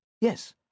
Yes